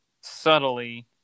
subtly